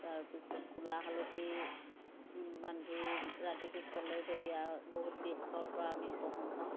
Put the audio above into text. তাৰপিছত ক'লা হালধি বান্ধি ৰাতিটো থ'লেও তেতিয়া আমি বহুত বিষৰ পৰা উপশম পাওঁ